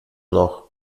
noch